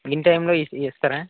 in time లో ఇ ఇస్తరా